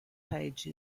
page